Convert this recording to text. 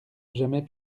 jamais